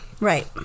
Right